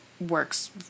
works